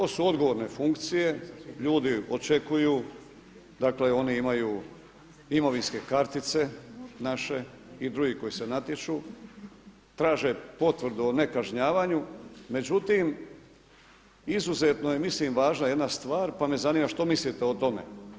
To su odgovorne funkcije, ljudi očekuju oni imaju imovinske kartice naše i drugi koji se natječu, traže potvrdu o nekažnjavanju, međutim izuzetno je mislim važna jedna stvar pa me zanima šta mislite o tome.